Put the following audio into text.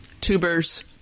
Tubers